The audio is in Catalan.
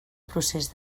procés